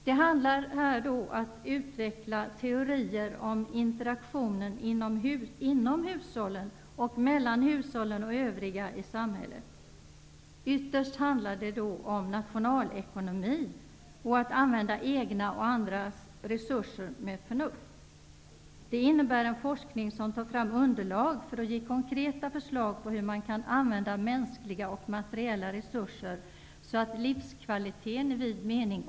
Här handlar det om att utveckla teorier om interaktionen inom hushållen och mellan hushållen och övriga i samhället. Ytterst handlar det om nationalekonomi och att använda egna och andras resurser med förnuft. Det innebär en forskning som tar fram underlag för att ge konkreta förslag på hur man kan använda mänskliga och materiella resurser så att livskvaliteten optimeras i vid mening.